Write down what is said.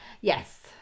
Yes